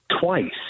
twice